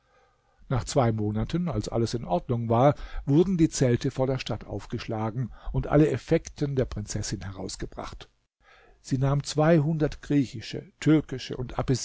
nach zwei monaten als alles in ordnung war wurden die zelte vor der stadt aufgeschlagen und alle effekten der prinzessin herausgebracht sie nahm zweihundert griechische türkische und